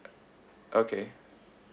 okay